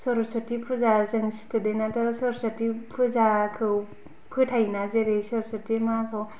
सर'सति फुजा जों स्तुडेनाथ' सर'सति फुजाखौ फोथायोना जेरै सर'सति माखौ